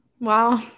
wow